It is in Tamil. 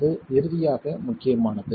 அது இறுதியாக முக்கியமானது